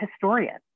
historians